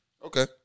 Okay